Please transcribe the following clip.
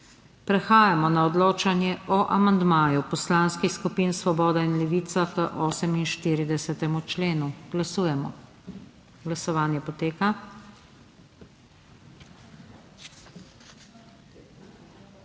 Prehajamo na odločanje o amandmaju poslanskih skupin Svoboda in Levica k 11. členu. Glasujemo. Navzočih